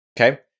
okay